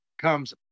comes